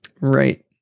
Right